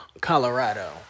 Colorado